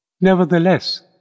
Nevertheless